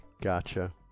gotcha